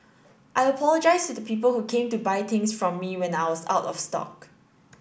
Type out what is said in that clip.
I apologise to the people who came to buy things from me when I was out of stock